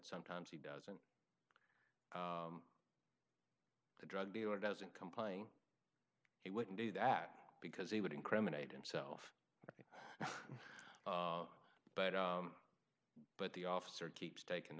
sometimes he does the drug dealer doesn't complain he wouldn't do that because he would incriminate himself but but the officer keeps taking the